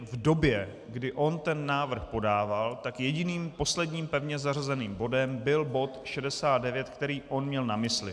V době, kdy on ten návrh podával, jediným posledním pevně zařazeným bodem byl bod 69, který on měl na mysli.